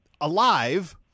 alive